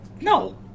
No